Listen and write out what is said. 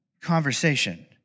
conversation